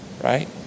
right